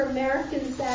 Americans